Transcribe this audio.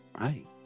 Right